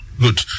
Good